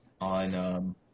on –